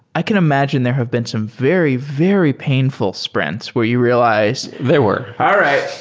i can imagine there have been some very, very painful sprints where you realized there were. all right.